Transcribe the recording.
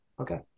Okay